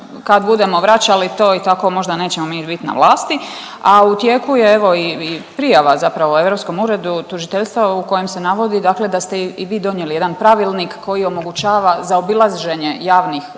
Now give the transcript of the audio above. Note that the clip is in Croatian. kad budemo vraćali to i tako možda nećemo mi bit na vlasti. A u tijeku je evo i prijava zapravo Europskom uredu tužiteljstva u kojem se navodi da ste i vi donijeli jedan pravilnik koji omogućava zaobilaženje javnih